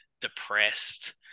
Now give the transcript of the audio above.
depressed